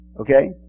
Okay